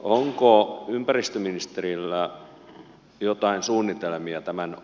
onko ympäristöministerillä joitain suunnitelmia tämän